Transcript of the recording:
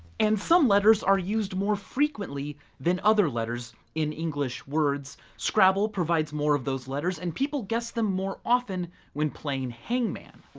and some letters are used more frequently than other letters in english words. scrabble provides more of those letters and people guess them more often when playing hangman.